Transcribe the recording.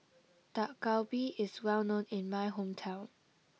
Dak Galbi is well known in my hometown